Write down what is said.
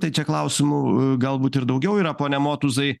tai čia klausimų galbūt ir daugiau yra pone motuzai